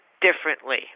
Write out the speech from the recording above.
differently